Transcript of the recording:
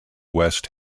west